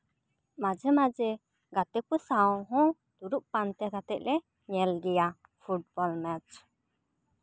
ᱢᱟᱡᱷᱮ ᱢᱟᱡᱷᱮ ᱜᱟᱛᱮ ᱠᱚ ᱥᱟᱶ ᱦᱚᱸ ᱫᱩᱲᱩᱵ ᱯᱟᱱᱛᱮ ᱠᱟᱛᱮ ᱞᱮ ᱧᱮᱞ ᱜᱮᱭᱟ ᱯᱷᱩᱴᱵᱚᱞ ᱢᱮᱪ